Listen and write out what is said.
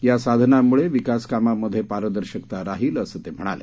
या साधनांमुळे विकासकामांमधे पारदर्शकता राहील असं ते म्हणाले